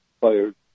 players